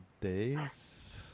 days